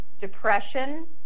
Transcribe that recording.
depression